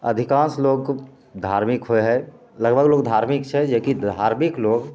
अधिकांश लोक धार्मिक होइ है लगभग लोग धार्मिक छै जेकि धार्मिक लोग